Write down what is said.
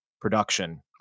production